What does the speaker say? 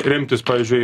remtis pavyzdžiui